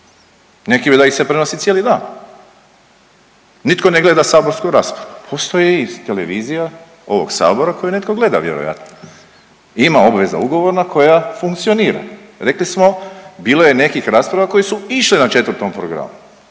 neki bi da ih se prenosi cijeli dan, nitko ne gleda saborsku raspravu. Postoji i televizija ovog sabora koju netko gleda vjerojatno i ima obveza ugovorna koja funkcionira. Rekli smo bilo je nekih rasprava koje su išle na 4 programu.